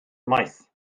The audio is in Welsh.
maith